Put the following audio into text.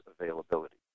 availability